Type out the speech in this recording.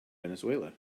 venezuela